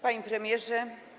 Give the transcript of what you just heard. Panie Premierze!